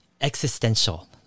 existential